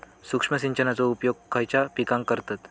सूक्ष्म सिंचनाचो उपयोग खयच्या पिकांका करतत?